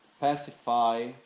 pacify